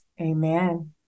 Amen